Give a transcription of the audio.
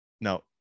No